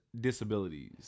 disabilities